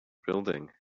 building